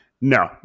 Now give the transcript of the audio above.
No